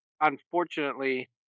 unfortunately